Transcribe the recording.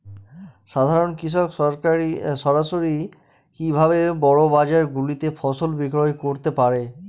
সাধারন কৃষক সরাসরি কি ভাবে বড় বাজার গুলিতে ফসল বিক্রয় করতে পারে?